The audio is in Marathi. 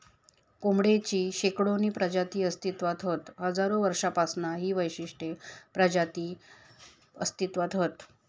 कोंबडेची शेकडोनी प्रजाती अस्तित्त्वात हत हजारो वर्षांपासना ही विशिष्ट प्रजाती अस्तित्त्वात हत